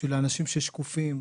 בשביל האנשים ששקופים,